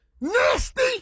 Nasty